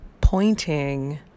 pointing